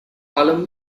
allem